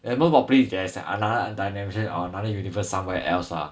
there is most probably is another dimension or another universe somewhere else lah